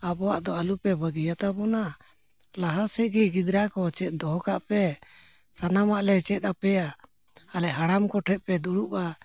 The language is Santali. ᱟᱵᱚᱣᱟᱜ ᱫᱚ ᱟᱞᱚ ᱯᱮ ᱵᱟᱹᱜᱤ ᱭᱟᱛᱟᱵᱚᱱᱟ ᱞᱟᱦᱟ ᱥᱮᱫ ᱜᱮ ᱜᱤᱫᱽᱨᱟᱹ ᱠᱚ ᱪᱮᱫ ᱫᱚᱦᱚ ᱠᱟᱜ ᱯᱮ ᱥᱟᱱᱟᱢᱟᱜ ᱞᱮ ᱪᱮᱫ ᱟᱯᱮᱭᱟ ᱟᱞᱮ ᱦᱟᱲᱟᱢ ᱠᱚᱴᱷᱮᱱ ᱯᱮ ᱫᱩᱲᱩᱵᱼᱟ